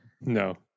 No